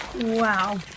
Wow